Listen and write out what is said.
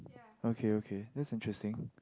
okay okay that's interesting